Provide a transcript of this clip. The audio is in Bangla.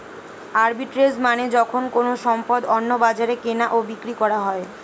আরবিট্রেজ মানে যখন কোনো সম্পদ অন্য বাজারে কেনা ও বিক্রি করা হয়